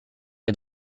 est